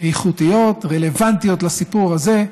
איכותיות רלוונטיות לסיפור הזה,